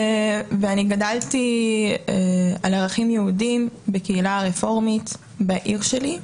גדלתי על ערכים יהודיים בקהילה רפורמית בעיר שלי.